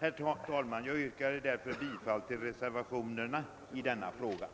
Herr talman! Jag yrkar bifall till reservationerna vid detta utlåtande.